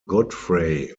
godfrey